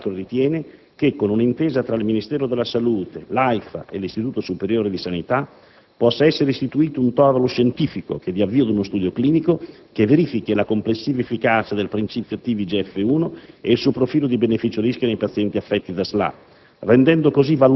La CTS, peraltro, ritiene che, con una intesa tra il Ministero della Salute, l'AIFA e l'Istituto Superiore di Sanità, possa essere istituito un Tavolo scientifico che dia avvio ad uno studio clinico che verifichi la complessiva efficacia del principio attivo IGF-1 e il suo profilo di beneficio-rischio nei pazienti affetti da SLA,